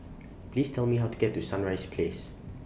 Please Tell Me How to get to Sunrise Place